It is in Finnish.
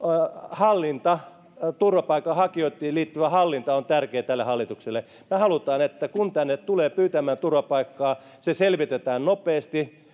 hallinta turvapaikanhakijoihin liittyvä hallinta on tärkeää tälle hallitukselle me haluamme että kun tänne tulee pyytämään turvapaikkaa se selvitetään nopeasti